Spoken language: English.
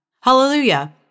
Hallelujah